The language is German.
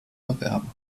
erwerben